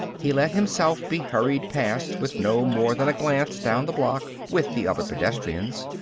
he let himself be hurried past, with no more than a glance down the block, with the other pedestrians.